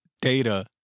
data